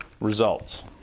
results